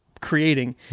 creating